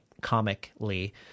comically